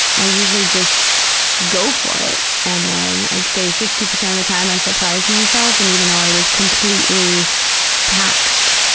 i usually just go for it, and then i'd say fifty percent of the time i surprise myself, and even though i was completely taxed,